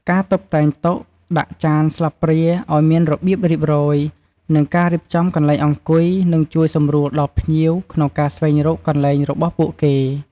ការតុបតែងតុ ដាក់ចានស្លាបព្រាឲ្យមានរបៀបរៀបរយ និងការរៀបចំកន្លែងអង្គុយ នឹងជួយសម្រួលដល់ភ្ញៀវក្នុងការស្វែងរកកន្លែងរបស់ពួកគេ។